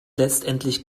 letztendlich